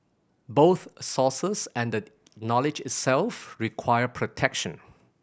both sources and the knowledge itself require protection